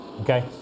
okay